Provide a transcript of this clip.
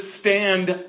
stand